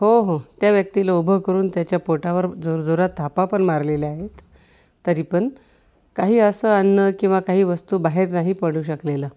हो हो त्या व्यक्तीला उभं करून त्याच्या पोटावर जोरजोरात थापा पण मारलेल्या आहेत तरी पण काही असं अन्न किंवा काही वस्तू बाहेर नाही पडू शकलेलं